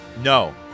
no